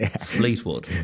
Fleetwood